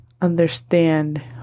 understand